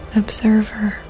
observer